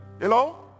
Hello